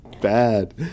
bad